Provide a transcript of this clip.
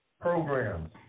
programs